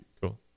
Cool